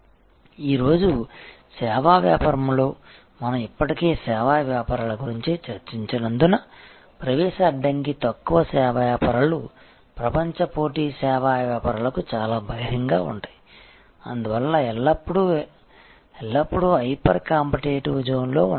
ఈరోజు సేవా వ్యాపారంలో మనం ఇప్పటికే సేవా వ్యాపారాల గురించి చర్చించినందున ప్రవేశ అడ్డంకి తక్కువ సేవ వ్యాపారాలు ప్రపంచ పోటీ సేవా వ్యాపారాలకు చాలా బహిరంగంగా ఉంటాయి అందువల్ల ఎల్లప్పుడూ ఎల్లప్పుడూ హైపర్ కాంపిటీటివ్ జోన్లో ఉంటాయి